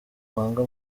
wanga